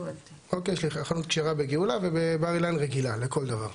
יש לי חנות כשרה בגאולה ובבר אילן רגילה לכל דבר.